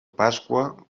pasqua